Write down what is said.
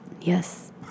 Yes